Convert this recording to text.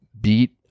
beat